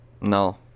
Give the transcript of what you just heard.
no